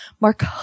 Mark